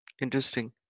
Interesting